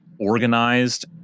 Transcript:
organized